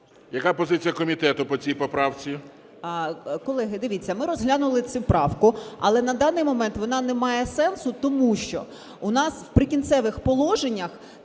Яка позиція комітету по цій поправці? 11:31:53 ЦИБА Т.В. Колеги, дивіться, ми розглянули цю правку, але на даний момент вона не має сенсу, тому що у нас в прикінцевих положеннях